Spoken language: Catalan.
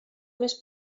més